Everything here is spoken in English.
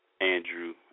Andrew